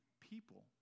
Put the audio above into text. people